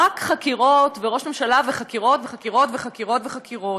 רק חקירות וראש ממשלה וחקירות וחקירות וחקירות וחקירות וחקירות.